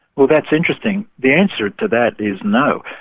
well, that's interesting. the answer to that is no,